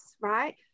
right